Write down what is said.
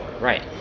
Right